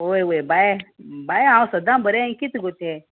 वोय वोय bye bye हांव सदां बरें किद गो ते